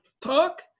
talk